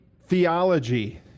theology